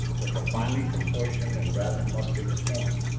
with a finely proportioned and rather muscular form,